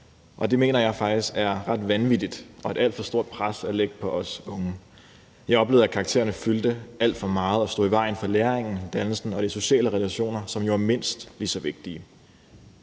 Det mener jeg faktisk er ret vanvittigt og et alt for stort pres at lægge på os unge. Jeg oplevede, at karaktererne fyldte alt for meget og stod i vejen for læringen, dannelsen og de sociale relationer, som jo er mindst lige så vigtige.